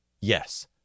Yes